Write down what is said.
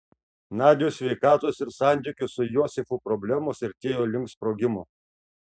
nadios sveikatos ir santykių su josifu problemos artėjo link sprogimo